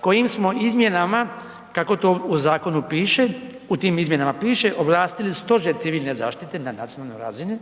kojim smo izmjenama, kako to u zakonu piše, u tim izmjenama piše, ovlastili Stožer civilne zaštite na nacionalnoj razini